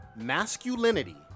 masculinity